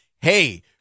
Hey